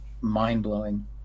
mind-blowing